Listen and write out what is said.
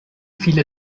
viele